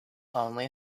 only